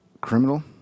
Criminal